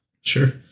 Sure